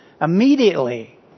Immediately